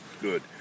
good